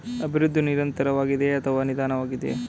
ಅಭಿವೃದ್ಧಿಯು ನಿರಂತರವಾಗಿದೆಯೇ ಅಥವಾ ನಿಧಾನವಾಗಿದೆಯೇ?